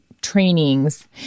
Trainings